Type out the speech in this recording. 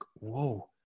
Whoa